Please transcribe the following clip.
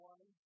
One